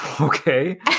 Okay